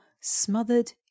smothered